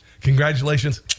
congratulations